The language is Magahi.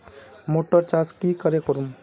मोटर चास की करे करूम?